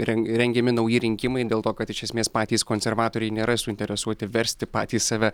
ren rengiami nauji rinkimai dėl to kad iš esmės patys konservatoriai nėra suinteresuoti versti patys save